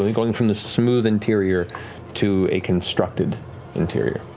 and going from the smooth interior to a constructed interior,